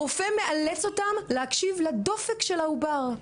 הרופא מאלץ אותן להקשיב לדופק של העובר,